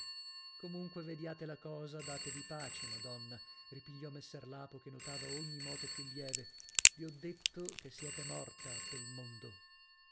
comunque vediate la cosa datevi pace madonna ripigliò messer lapo che notava ogni moto più lieve vi ho detto che siete morta pel mondo